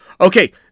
Okay